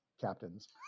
captains